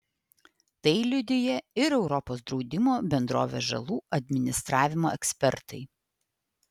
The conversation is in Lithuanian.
tai liudija ir europos draudimo bendrovės žalų administravimo ekspertai